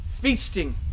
Feasting